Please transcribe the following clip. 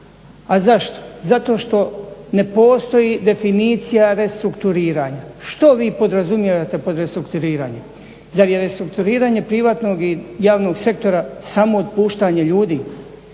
A zašto, zato što ne postoji definicija restrukturiranja. Što vi podrazumijevate pod restrukturiranjem, zar je restrukturiranje privatnog i javnog sektora samo otpuštanje ljudi,